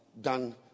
done